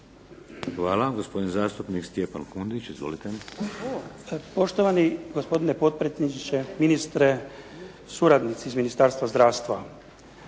Hvala. Gospodin zastupnik Stjepan Kundić, izvolite. **Kundić, Stjepan (HDZ)** Poštovani gospodine potpredsjedniče, ministre, suradnici iz Ministarstva zdravstva.